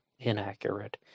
inaccurate